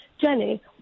Jenny